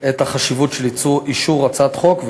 את החשיבות של אישור הצעת החוק.